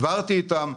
דיברתי איתם.